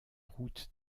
route